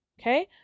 okay